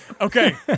Okay